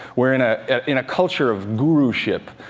we're in ah in a culture of guru-ship.